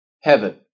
heaven